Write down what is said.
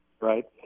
right